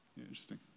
Interesting